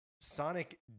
Sonic